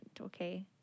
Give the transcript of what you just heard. okay